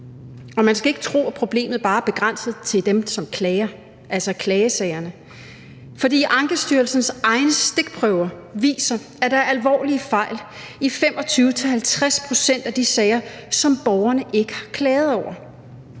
Man skal ikke tro, at problemet bare er begrænset til dem, som klager, altså klagesagerne. For Ankestyrelsens egne stikprøver viser, at der er alvorlige fejl i 25-50 pct. af de sager, som borgerne ikke har klaget over.